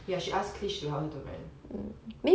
ya she asked klish to help her to rent